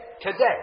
today